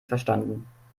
verstanden